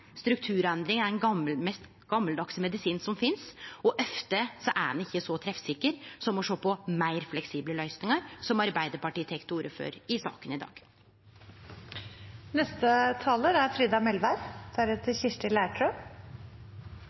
ikkje så treffsikkert som å sjå på meir fleksible løysingar, som Arbeidarpartiet tek til orde for i saka i